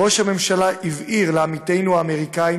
ראש הממשלה הבהיר לעמיתינו האמריקנים